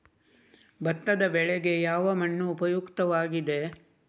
ಭತ್ತದ ಬೆಳೆಗೆ ಯಾವ ಮಣ್ಣು ಉಪಯುಕ್ತವಾಗಿದೆ?